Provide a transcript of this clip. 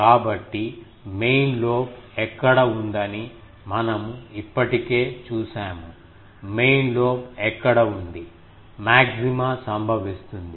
కాబట్టి main lobe ఎక్కడ ఉందని మనము ఇప్పటికే చూశాము మెయిన్ లోబ్ ఎక్కడ ఉంది మాగ్జిమా సంభవిస్తుంది